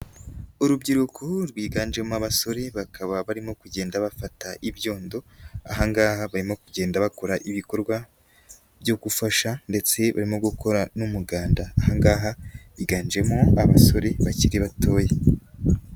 Urubyiruko rwiganjemo abasore bakaba barimo kugenda bafata ibyondo aha ngaha barimo kugenda bakora ibikorwa byo gufasha ndetse barimo gukora n'umuganda, aha ngaha higanjemo abasore bakiri batoya.